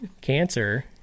cancer